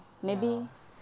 ya